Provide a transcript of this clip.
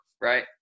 right